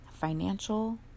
Financial